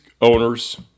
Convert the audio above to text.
owners